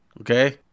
Okay